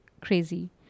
crazy